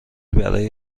برای